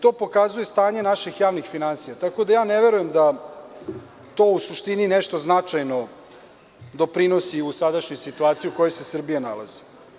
To pokazuje stanje naših javnih finansija, tako da je ne verujem da to u suštini nešto značajno doprinosi u sadašnjoj situaciji u kojoj se Srbija nalazi.